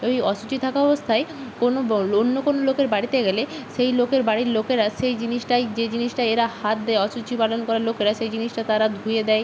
ওই অশুচি থাকা অবস্থায় কোনো অন্য কোনো লোকের বাড়িতে গেলে সেই লোকের বাড়ির লোকেরা সেই জিনিসটায় যেই জিনিসটা এরা হাত দেয় অশুচি পালন করা লোকেরা সেই জিনিসটা তারা ধুয়ে দেয়